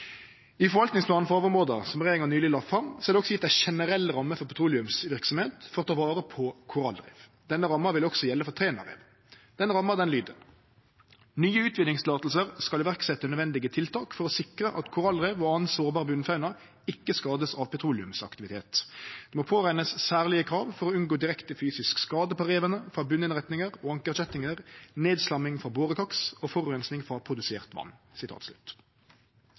I forvaltningsplanen for havområda, som regjeringa nyleg la fram, er det også gjeve ei generell ramme for petroleumsverksemd for å ta vare på korallrev. Denne ramma vil også gjelde for Trænarevet. Ramma lyder: «Nye utvinningstillatelser skal iverksette nødvendige tiltak for å sikre at korallrev og annen sårbar bunnfauna ikke skades av petroleumsaktivitet. Det må påregnes særlige krav for å unngå direkte fysisk skade på revene fra bunninnretninger og ankerkjettinger, nedslamming fra borekaks og forurensing fra produsert vann.»